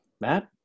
Matt